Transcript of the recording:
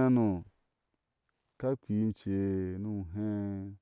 aba. nte shoke jee coka abin.